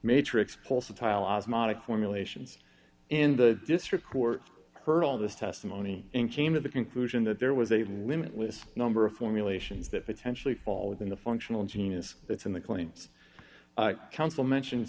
formulation in the district court heard all this testimony and came to the conclusion that there was a limitless number of formulation that potentially fall within the functional genius that's in the claims council mention